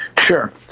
Sure